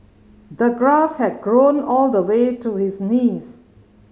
the grass had grown all the way to his knees